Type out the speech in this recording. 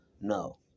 No